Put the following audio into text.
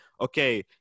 okay